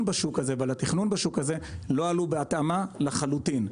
ועל התכנון בשוק הזה לא עלו בהתאמה לחלוטין,